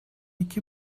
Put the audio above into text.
iki